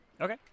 Okay